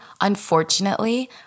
unfortunately